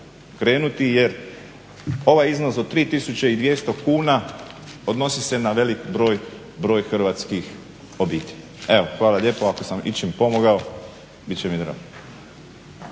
krenuti jer ovaj iznos od 3200 kuna odnosi se na velik broj hrvatskih obitelji. Evo, hvala lijepo. Ako sam ičim pomogao bit će mi drago.